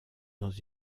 dans